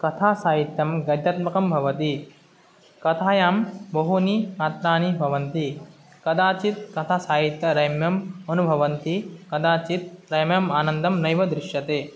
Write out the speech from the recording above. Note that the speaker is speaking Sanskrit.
कथासाहित्यं गद्यात्मकं भवति कथायां बहूनि अर्थानि भवन्ति कदाचित् कथासाहित्ये रम्यम् अनुभवन्ति कदाचित् रम्यम् आनन्दं नैव दृश्यते